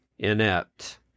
Inept